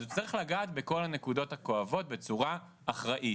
אז הוא צריך לגעת בכל הנקודות הכואבות בצורה אחראית,